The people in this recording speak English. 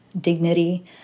dignity